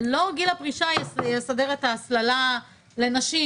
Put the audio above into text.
לא גיל הפרישה יסדר את ההסללה לנשים.